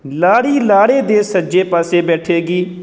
ਲਾੜੀ ਲਾੜੇ ਦੇ ਸੱਜੇ ਪਾਸੇ ਬੈਠੇਗੀ